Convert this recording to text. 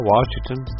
Washington